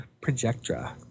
Projectra